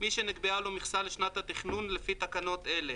מי שנקבעה לו מכסה לשנת התכנון לפי תקנות אלה,